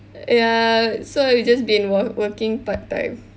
ya so I've just been wor~ working part time